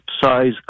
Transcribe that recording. size